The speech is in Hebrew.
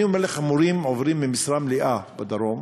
אני אומר לך, מורים עוברים ממשרה מלאה בדרום